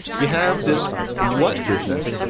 you have this what business?